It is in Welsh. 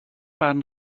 barn